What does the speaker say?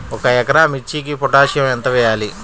ఒక ఎకరా మిర్చీకి పొటాషియం ఎంత వెయ్యాలి?